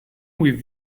with